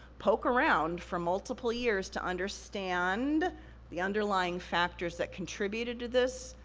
poke around for multiple years to understand the underlying factors that contributed to this,